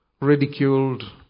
ridiculed